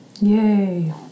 Yay